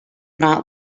not